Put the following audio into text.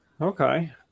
Okay